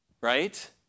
right